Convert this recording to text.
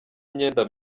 imyenda